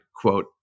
quote